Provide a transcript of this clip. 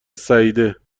سعیده